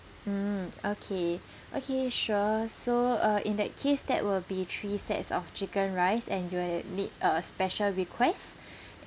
mm okay okay sure so uh in that case that will be three sets of chicken rice and you will need a special request